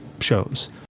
shows